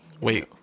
Wait